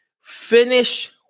Finish